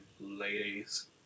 Ladies